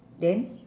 then